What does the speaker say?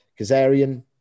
Kazarian